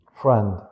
Friend